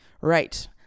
Right